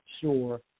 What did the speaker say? sure